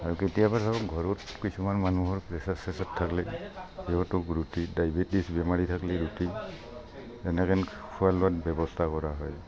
আৰু কেতিয়াবা ধৰক ঘৰত কিছুমান মানুহৰ প্ৰেছাৰ চেছাৰ থাকিলে সিহঁতক ৰুটি ডায়বেটিছ বেমাৰী থাকিলে ৰুটি এনেহেন খোৱা লোৱাত ব্যৱস্থা কৰা হয়